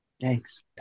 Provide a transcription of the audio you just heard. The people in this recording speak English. Thanks